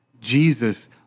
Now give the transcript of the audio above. Jesus